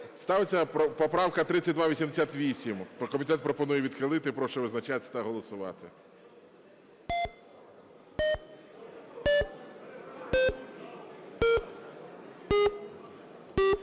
Ставиться поправка 3288. Комітет пропонує відхилити. Прошу визначатись та голосувати.